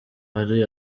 ari